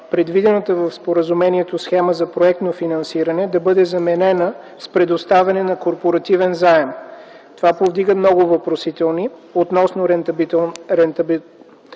предвидената в споразумението схема за „проектното финансиране" да бъде заменена с предоставянето на корпоративен заем. Това повдига много въпросителни относно колко